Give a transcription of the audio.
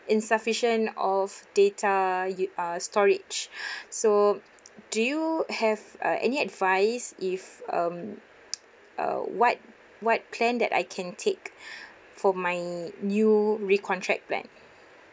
insufficient of data yo~ ah storage so do you have uh any advice if um uh what what plan that I can take for my new recontract plan